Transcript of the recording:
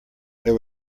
there